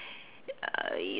uh